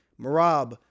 Marab